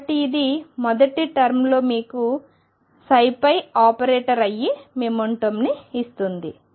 కాబట్టి ఇది మొదటి టర్మ్లో మీకు ψ పై ఆపరేట్ అయ్యి మొమెంటంని ఇస్తుంది